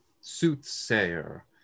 soothsayer